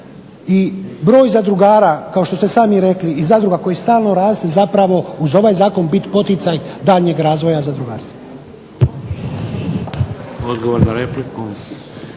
i broj zadrugara kao što ste sami rekli i zadruga koji stalno raste zapravo uz ovaj zakon biti poticaj daljnjeg razvoja zadrugarstva.